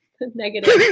negative